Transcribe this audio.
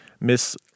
Miss